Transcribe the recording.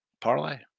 parlay